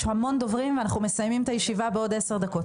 יש המון דוברים ואנחנו מסיימים את הישיבה בעוד עשר דקות.